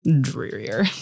drearier